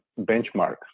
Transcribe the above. benchmark